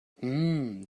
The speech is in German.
hmm